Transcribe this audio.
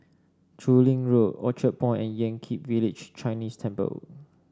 Chu Lin Road Orchard Point and Yan Kit Village Chinese Temple